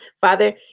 Father